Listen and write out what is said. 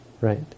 Right